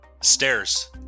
Stairs